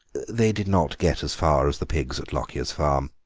they did not get as far as the pigs at lockyer's farm